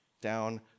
down